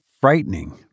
frightening